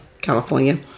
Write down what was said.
California